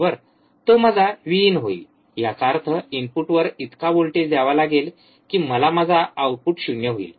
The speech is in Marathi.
तो माझा व्हीइन होईल याचा अर्थ इनपुटवर इतका व्होल्टेज द्यावा लागेल कि मला माझा आउटपुट शून्य होईल